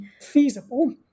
feasible